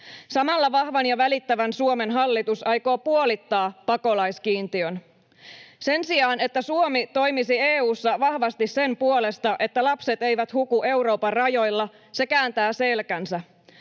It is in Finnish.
Samalla vahvan ja välittävän Suomen hallitus aikoo puolittaa pakolaiskiintiön. Sen sijaan, että Suomi toimisi EU:ssa vahvasti sen puolesta, että lapset eivät huku Euroopan rajoilla, se kääntää selkänsä.